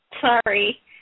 Sorry